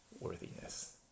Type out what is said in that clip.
worthiness